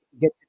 get